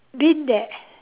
been there